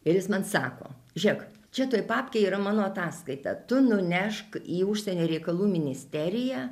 ir jis man sako žiūrėk čia toj papkėj yra mano ataskaita tu nunešk į užsienio reikalų ministeriją